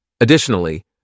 Additionally